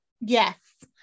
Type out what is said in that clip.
yes